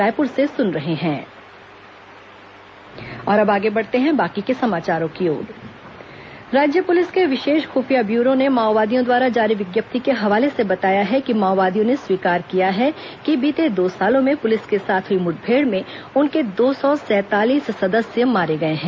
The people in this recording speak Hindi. राज्य पुलिस माओवाद अभियान राज्य पुलिस के विशेष खुफिया ब्यूरो ने माओवादियों द्वारा जारी विज्ञप्ति के हवाले से बताया है कि माओवादियों ने स्वीकार किया है कि बीते दो सालों में पुलिस के साथ हुई मुठभेड़ में उनके दो सौ सैंतालीस सदस्य मारे गए हैं